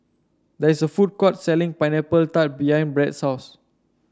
there is a food court selling Pineapple Tart behind Brad's house